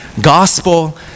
gospel